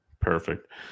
Perfect